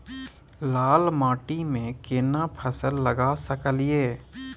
लाल माटी में केना फसल लगा सकलिए?